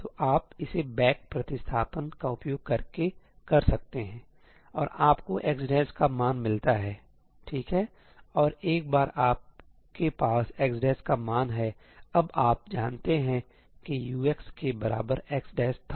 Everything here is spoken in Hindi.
तो आप इसे बैक प्रतिस्थापन का उपयोग करके कर सकते हैं और आपको x का मान मिलता है ठीक है और एक बार आपके पास x का मान है अब आप जानते हैं कि Uxके बराबर x था